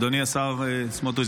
אדוני השר סמוטריץ',